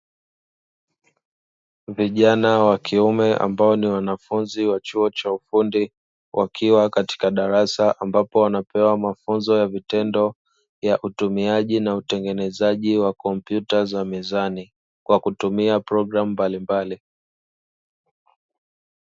Vijana wa kiume ambao ni wanafunzi wa chuo cha ufundi wakiwa katika darasa ambapo wanapewa mafunzo ya vitendo ya utumiaji na utengenezaji wa kompyuta za mezani kwa kutumia programu mbalimbali.